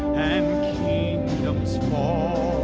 and kingdoms fall